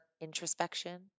introspection